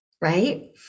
right